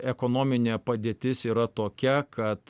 ekonominė padėtis yra tokia kad